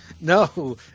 No